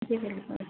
जी बिल्कुल